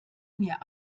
mir